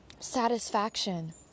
satisfaction